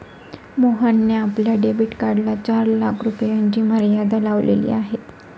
मोहनने आपल्या डेबिट कार्डला चार लाख रुपयांची मर्यादा लावलेली आहे